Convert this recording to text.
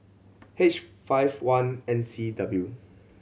H five one N C W